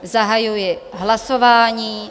Zahajuji hlasování.